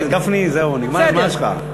חבר הכנסת גפני, זהו, נגמר הזמן שלך.